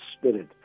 Spirit